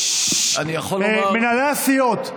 מנהלי הסיעות,